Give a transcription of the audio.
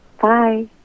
Bye